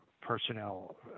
personnel